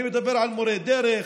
אני מדבר על מורי דרך,